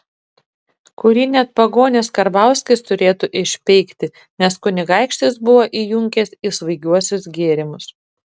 kurį net pagonis karbauskis turėtų išpeikti nes kunigaikštis buvo įjunkęs į svaigiuosius gėrimus